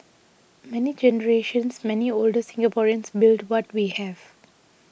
many generations many older Singaporeans built what we have